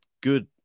good